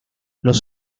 los